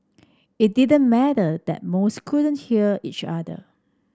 it didn't matter that most couldn't hear each other